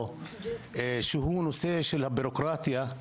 שהוא נושא של הבירוקרטיה,